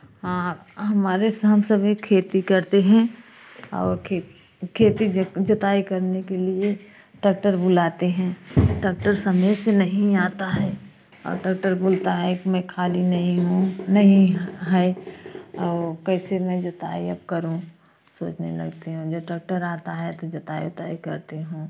हाँ हमारे हम सभी खेती करते हैं और खेती जुताई करने के लिए टैटर बुलाते हैं टैटर समय से नही आता है और टैटर बोलता है मैं खाली नहीं हूँ नहीं है और कैसे मैं जुताई अब करू सोचने लगती हूँ जो टैटर आता है तो जुताई उताई करती हूँ